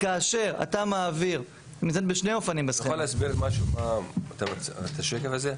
אתה יכול להסביר את השקף הזה?